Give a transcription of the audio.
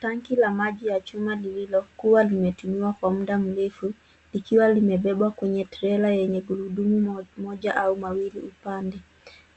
Tanki la maji ya chuma lililokuwa limetumiwa kwa muda mrefu likiwa limebebwa kwenye trela yenye gurudumu moja au mawili upande.